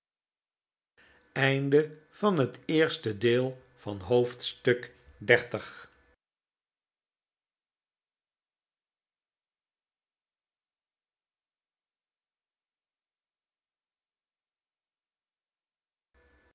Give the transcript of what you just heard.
oosten van het westen van het